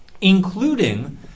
Including